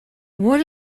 would